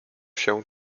się